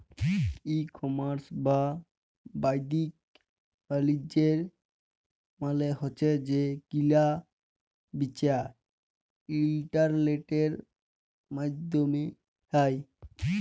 ই commerce বা বাদ্দিক বালিজ্য মালে হছে যে কিলা বিচা ইলটারলেটের মাইধ্যমে হ্যয়